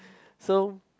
so